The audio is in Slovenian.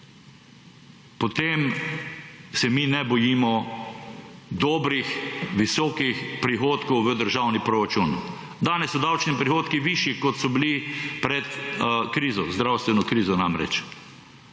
potem se mi ne bojimo dobrih, visokih prihodkov v državni proračun. Danes so davčni prihodki višji kot so bili pred krizo, zdravstveno krizo namreč.